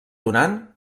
donant